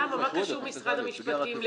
מה קשור משרד המשפטים?